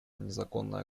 незаконная